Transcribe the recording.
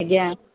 ଆଜ୍ଞା